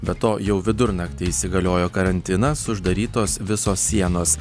be to jau vidurnaktį įsigaliojo karantinas uždarytos visos sienos